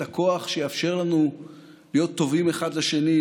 הכוח שיאפשר לנו להיות טובים אחד לשני,